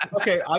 Okay